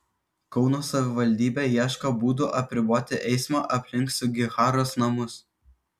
kauno savivaldybė ieško būdų apriboti eismą aplink sugiharos namus